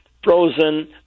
frozen